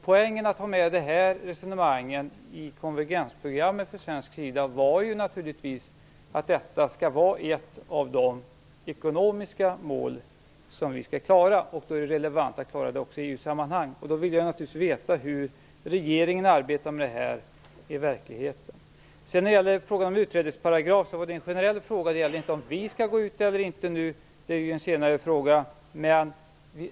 Poängen att ha med de här resonemangen i konvergensprogrammet från svensk sida var naturligtvis att detta skall vara ett av de ekonomiska mål som vi skall klara. Då är det relevant att klara det även i EU-sammanhang. Jag vill naturligtvis veta hur regeringen arbetar med denna fråga i verkligheten. Min fråga om utträdesparagrafen var generell. Den gällde inte huruvida vi skall gå ur eller ej. Det är en senare fråga.